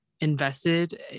invested